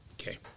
Okay